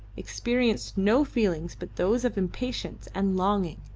experienced no feelings but those of impatience and longing,